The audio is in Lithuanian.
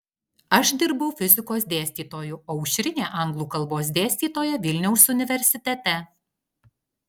aš dirbau fizikos dėstytoju o aušrinė anglų kalbos dėstytoja vilniaus universitete